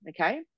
okay